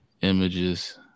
images